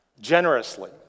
Generously